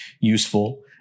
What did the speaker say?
useful